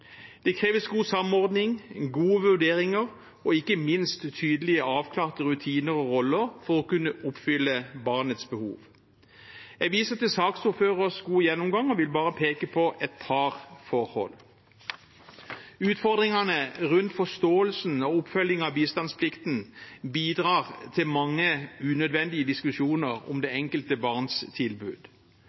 Det kreves god samordning, gode vurderinger og ikke minst tydelige og avklarte rutiner og roller for å kunne oppfylle barnets behov. Jeg viser til saksordførerens gode gjennomgang, og vil bare peke på et par forhold. Utfordringene rundt forståelsen og oppfølgingen av bistandsplikten bidrar til mange unødvendige diskusjoner om det enkelte barns tilbud.